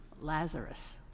Lazarus